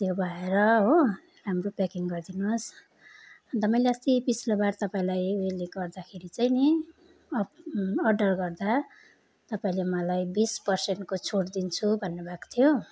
त्यो भएर हो राम्रो प्याकिङ गरिदिनुहोस् अन्त मैले अस्ति पिछलाबार तपाईँलाई उयोले गर्दाखेरि चाहिँ नि अ अर्डर गर्दा तपाईँले मलाई बिस पर्सेन्टको छुट् दिन्छु भन्नुभएको थियो